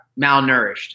malnourished